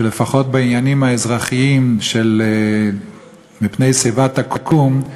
שלפחות בעניינים האזרחיים של "מפני שיבה תקום"